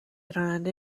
راننده